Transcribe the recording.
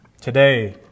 Today